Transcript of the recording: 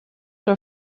were